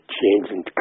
changing